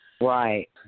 Right